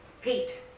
Pete